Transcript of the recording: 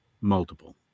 multiple